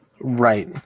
Right